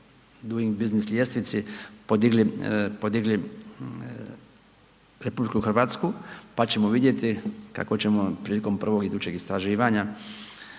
Doing business ljestvici podigli, podigli RH, pa ćemo vidjeti kako ćemo prilikom prvog idućeg istraživanja